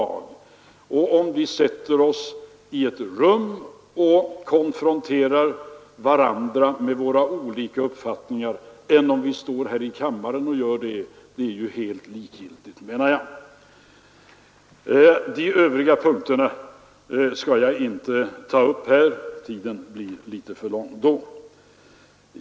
Det är helt likgiltigt, om vi sätter oss i ett rum och konfronterar varandra med våra olika uppfattningar eller om vi står här i kammaren och gör det, menar jag. — De övriga punkterna skall jag inte ta upp här; det skulle ta för lång tid.